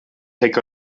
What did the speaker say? take